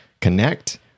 connect